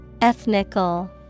Ethnical